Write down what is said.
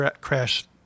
crash